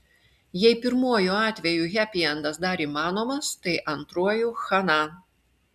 jei pirmuoju atveju hepiendas dar įmanomas tai antruoju chana